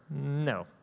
No